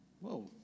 Whoa